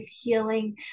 healing